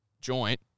joint